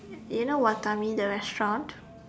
do you know Watami the restaurant